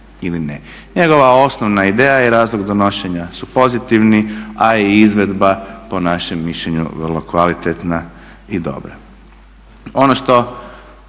ili ne. Njegova osnovna ideja je razlog donošenja su pozitivni, a i izvedba po našem mišljenju vrlo kvalitetna i dobra. Ono što